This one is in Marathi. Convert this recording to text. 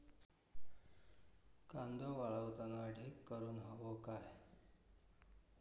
कांदो वाळवताना ढीग करून हवो काय?